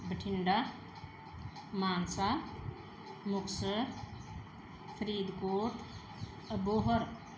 Bathinda Mansa Muktsar Faridkot Abohar